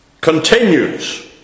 continues